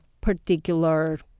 particular